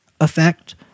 effect